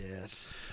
Yes